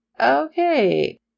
okay